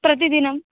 प्रतिदिनं